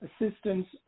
assistance